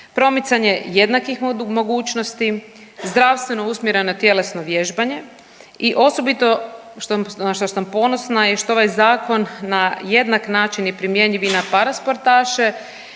promicanje jednakih mogućnosti, zdravstveno usmjereno tjelesno vježbanje i osobito što, na što sam ponosna je što ovaj zakon na jednak način je primjenjiv i na parasportaše